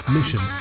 Mission